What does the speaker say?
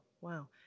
Wow